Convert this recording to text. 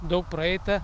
daug praeita